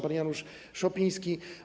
Pan Janusz Szopiński.